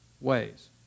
ways